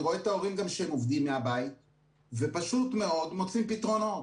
אני רואה את ההורים גם כשהם עובדים מהבית ופשוט מאוד מוצאים פתרונות.